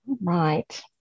right